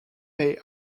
may